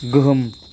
गोहोम